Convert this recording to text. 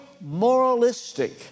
moralistic